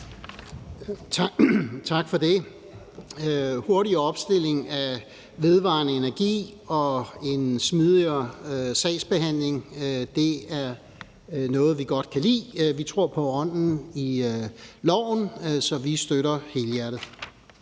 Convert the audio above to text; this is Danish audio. Tak for det. Hurtig opstilling af vedvarende energi og en smidigere sagsbehandling er noget, vi godt kan lide. Vi tror på ånden i loven, så vi støtter helhjertet.